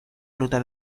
ruta